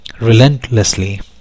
relentlessly